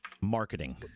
marketing